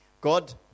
God